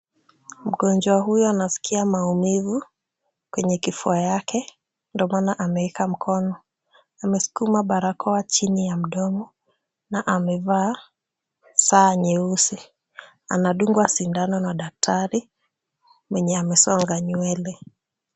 Mgonjwa huyu anasikia maumivu kwenye kifua yake ndio maana ameeka mkono. Ameskuma barakoa chini ya mdomo na amevaa saa nyeusi. Anadungwa sindano na daktari mwenye amesonga nywele.